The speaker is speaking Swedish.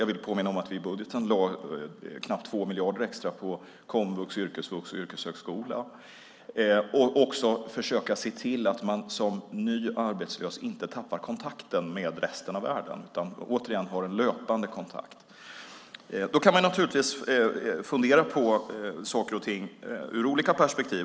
Jag vill påminna om att vi i budgeten lade nästan 2 miljarder extra på komvux, yrkesvux och yrkeshögskola. Det är också viktigt att försöka se till att man som ny arbetslös inte tappar kontakten med resten av världen utan har en löpande kontakt. Man kan naturligtvis fundera på saker och ting ur olika perspektiv.